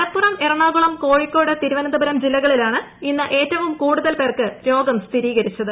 മലപ്പുറം എറണാകുളം കോഴിക്കോട് തിരുവനന്തപുരം ജില്ലകളിലാണ് ഇന്ന് ഏറ്റവും കൂടുതൽ പേർക്ക് രോഗം സ്ഥിരീകരിച്ചത്